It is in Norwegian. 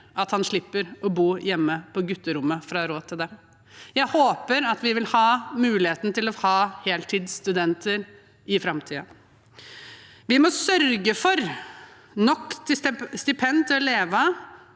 at han slipper å bo hjemme på gutterommet for å ha råd til det. Jeg håper at vi vil ha muligheten til å ha heltidsstudenter i framtiden. Vi må sørge for nok stipend til å leve